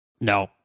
No